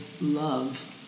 love